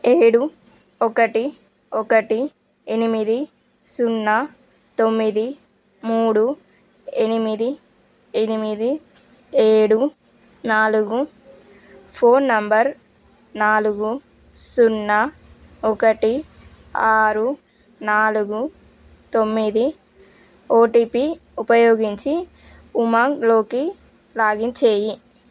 ఏడు ఒకటి ఒకటి ఎనిమిది సున్నా తొమ్మిది మూడు ఎనిమిది ఎనిమిది ఏడు నాలుగు ఫోన్ నంబర్ నాలుగు సున్నా ఒకటి ఆరు నాలుగు తొమ్మిది ఓటీపీ ఉపయోగించి ఉమాంగ్లోకి లాగిన్ చెయ్యి